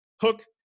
hook